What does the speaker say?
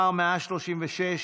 התשפ"א 2021,